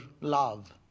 love